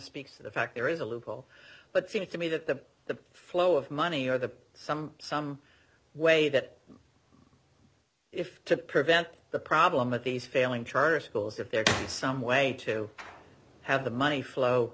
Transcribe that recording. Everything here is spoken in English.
speaks to the fact there is a loophole but seems to me that the the flow of money are the some some way that to prevent the problem of these failing charter schools if there was some way to have the money flow